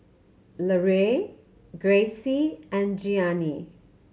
Larae Gracie and Gianni